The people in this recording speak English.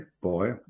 boy